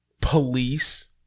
police